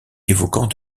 évoquant